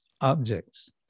objects